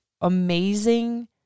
amazing